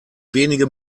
wenige